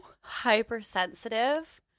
hypersensitive